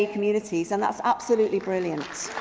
ah communities. and that's absolutely brilliant.